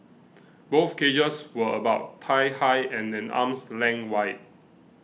both cages were about thigh high and an arm's length wide